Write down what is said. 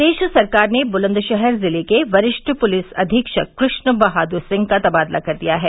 प्रदेश सरकार ने बुलंदशहर जिले के वरिष्ठ पुलिस अधीक्षक कृष्ण बहादुर सिंह का तबादला कर दिया है